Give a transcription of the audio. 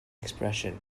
expression